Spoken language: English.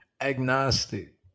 Agnostic